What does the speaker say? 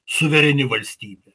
suvereni valstybė